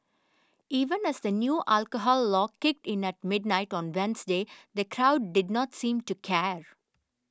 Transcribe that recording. even as the new alcohol law kicked in at midnight on Wednesday the crowd did not seem to care